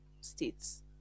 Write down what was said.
states